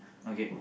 okay